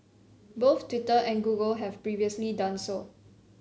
both Twitter and Google have previously done so